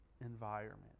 environment